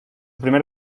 primer